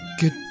Good